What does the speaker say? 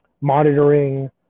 monitoring